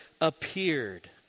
Appeared